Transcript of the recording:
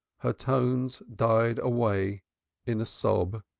her tones died away in a sob.